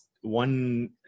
one